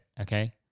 Okay